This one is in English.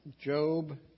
Job